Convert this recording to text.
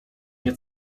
nie